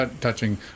touching